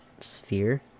Sphere